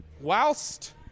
Whilst